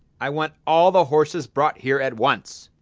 i want all the horses brought here at once!